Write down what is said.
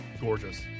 gorgeous